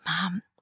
mom